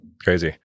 Crazy